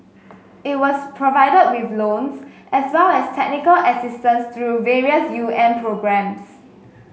it was provided with loans as well as technical assistance through various UN programmes